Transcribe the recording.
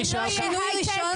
אם לא יהיה הייטק,